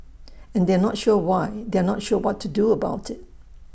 and they are not sure why they are not sure what to do about IT